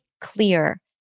clear